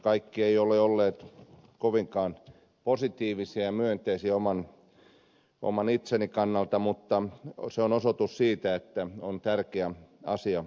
kaikki eivät ole olleet kovinkaan positiivisia ja myönteisiä oman itseni kannalta mutta se on osoitus siitä että on tärkeä asia käsiteltävänä